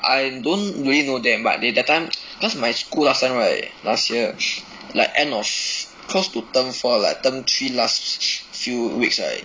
I don't really know them but they that time cause my school last time right last year like end of close to term four like term three last few weeks right